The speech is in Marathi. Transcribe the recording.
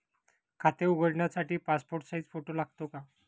खाते उघडण्यासाठी पासपोर्ट साइज फोटो लागतो का?